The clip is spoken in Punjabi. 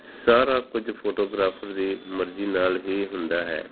ਸਾਰਾ ਕੁਝ ਫੋਟੋਗ੍ਰਾਫ਼ਰ ਦੀ ਮਰਜ਼ੀ ਨਾਲ ਹੀ ਹੁੰਦਾ ਹੈ